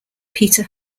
peter